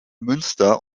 münster